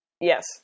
Yes